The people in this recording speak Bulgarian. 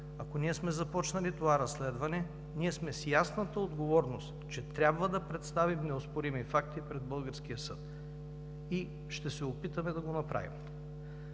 ако ние сме започнали това разследване, сме с ясната отговорност, че трябва да представим неоспорими факти пред българския съд и ще се опитаме да го направим.